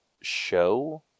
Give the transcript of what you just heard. show